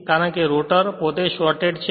કારણ કે રોટર પોતે જ શોરટેડ છે